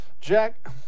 Jack